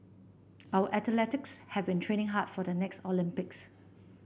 our athletes have been training hard for the next Olympics